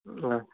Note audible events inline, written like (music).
(unintelligible)